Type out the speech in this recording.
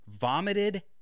vomited